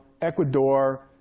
Ecuador